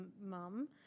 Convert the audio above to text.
mum